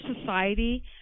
society